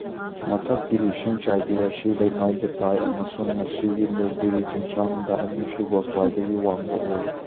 ꯃꯊꯛꯀꯤ ꯏꯁꯤꯡ ꯆꯥꯏꯕꯤ ꯑꯁꯤ ꯂꯩꯃꯥꯏꯗ ꯇꯥꯏ ꯑꯃꯁꯨꯡ ꯃꯁꯤꯒꯤ ꯅꯤꯜꯒꯤꯔꯤ ꯆꯤꯡꯁꯥꯡꯗ ꯑꯅꯤꯁꯨꯕ ꯈ꯭ꯋꯥꯏꯗꯒꯤ ꯋꯥꯡꯕ ꯑꯣꯏ